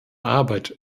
arbeit